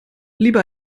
lieber